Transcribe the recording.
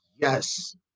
Yes